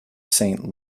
saint